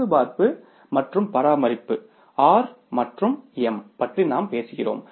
பழுதுபார்ப்பு மற்றும் பராமரிப்பு ஆர் மற்றும் எம் பற்றி நாம் பேசுகிறோம்